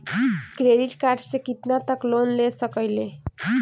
Credit card से कितना तक लोन ले सकईल?